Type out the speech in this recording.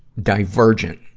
divergent,